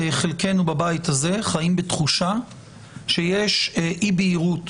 חלקנו בבית הזה חיים בתחושה שיש אי בהירות